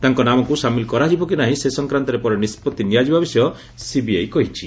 ତାଙ୍କ ନାମକୁ ସାମିଲ କରାଯିବ କି ନାହିଁ ସେ ସଂକ୍ରାନ୍ତରେ ପରେ ନିଷ୍ପଭି ନିଆଯିବା ବିଷୟ ସିବିଆଇ କହିଛି